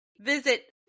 visit